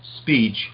speech